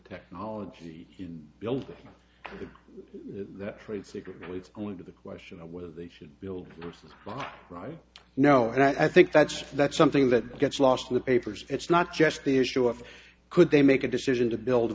technology in building the trade secrets only to the question of whether they should build but right no and i think that's that's something that gets lost in the papers it's not just the issue of could they make a decision to build